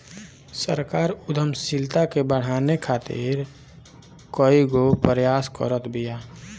सरकार उद्यमशीलता के बढ़ावे खातीर कईगो प्रयास करत बिया